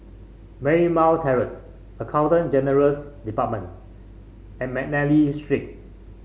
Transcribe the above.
Marymount Terrace Accountant General's Department and McNally Street